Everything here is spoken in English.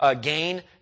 gain